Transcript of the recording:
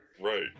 Right